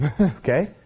okay